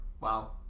Wow